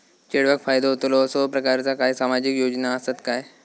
चेडवाक फायदो होतलो असो प्रकारचा काही सामाजिक योजना असात काय?